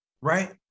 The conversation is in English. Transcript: right